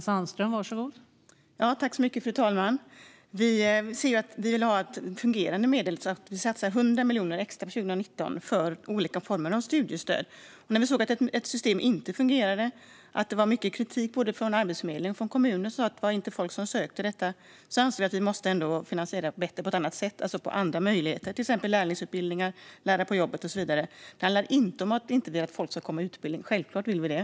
Fru talman! Vi vill ha något som fungerar och satsar 100 miljoner extra för 2019 på olika former av studiestöd. När vi såg att systemet inte fungerade - det var mycket kritik mot det både från Arbetsförmedlingen och från kommuner som sa att folk inte sökte detta - ansåg vi att vi måste finansiera detta på ett annat sätt och ge andra möjligheter, till exempel lärlingsutbildningar, lära på jobbet och så vidare. Det handlar inte om att vi inte vill att folk ska komma i utbildning. Självklart vill vi det.